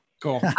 Cool